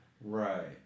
Right